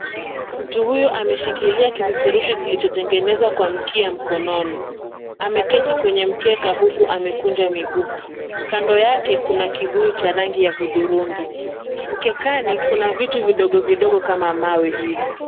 Mtu huyu ameshikilia kipeperushi kilichotengenezwa kwa mkia mkononi. Ameketi kwenye mkeka huku amekunja mguu. Kando yake kuna kibuyu cha rangi ya hudhurungi. Mkekani kuna vitu vidogo vidogo kama mawe hivi.